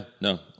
No